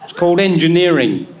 called engineering.